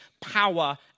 power